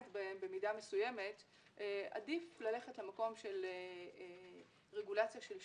בהן במידה מסוימת - עדיף ללכת למקום של רגולציה של שוק,